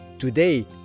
Today